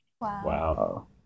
Wow